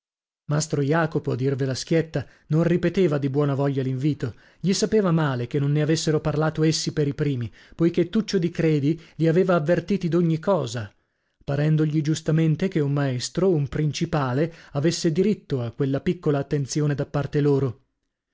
mastro jacopo a dirvela schietta non ripeteva di buona voglia l'invito gli sapeva male che non ne avessero parlato essi per i primi poichè tuccio di credi li aveva avvertiti d'ogni cosa parendogli giustamente che un maestro un principale avesse diritto a quella piccola attenzione da parte loro